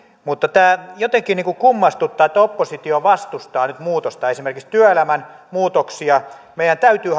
tämä jotenkin kummastuttaa että oppositio vastustaa nyt muutosta esimerkiksi työelämän muutoksia meidän täytyy